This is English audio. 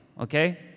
okay